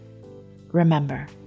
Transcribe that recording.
remember